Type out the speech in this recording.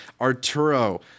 Arturo